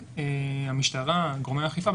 המשטרה וגורמי האכיפה,